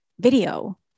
video